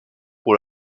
pour